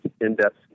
in-depth